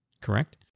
correct